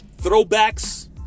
throwbacks